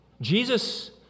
Jesus